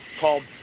called